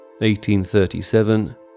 1837